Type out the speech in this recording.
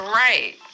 right